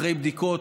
אחרי בדיקות,